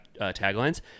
taglines